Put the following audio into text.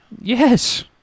Yes